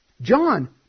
John